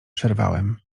przerwałem